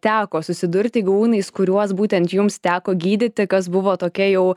teko susidurti gyvūnais kuriuos būtent jums teko gydyti kas buvo tokia jau